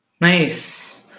Nice